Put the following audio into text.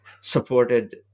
supported